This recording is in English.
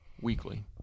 Weekly